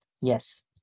Yes